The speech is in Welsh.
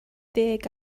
deg